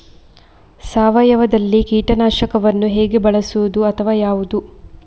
ಸಾವಯವದಲ್ಲಿ ಕೀಟನಾಶಕವನ್ನು ಹೇಗೆ ಬಳಸುವುದು ಅಥವಾ ಯಾವುದು?